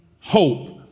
hope